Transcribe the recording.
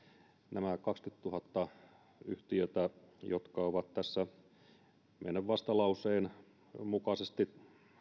nämä kaksikymmentätuhatta yhtiötä jotka ovat meidän vastalauseemme mukaisesti